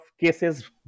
cases